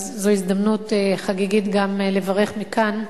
אז זו הזדמנות חגיגית לברך מכאן,